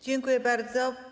Dziękuję bardzo.